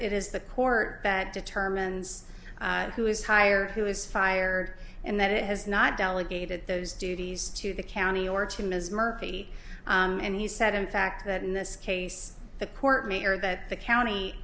it is the court that determines who is hired who is fired and that it has not delegated those duties to the county or to ms murphy and he said in fact that in this case the court me or that the county